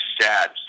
sad